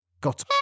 got